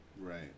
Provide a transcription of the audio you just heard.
Right